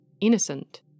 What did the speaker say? innocent